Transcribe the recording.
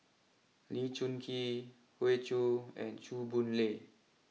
Lee Choon Kee Hoey Choo and Chew Boon Lay